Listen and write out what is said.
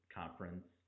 conference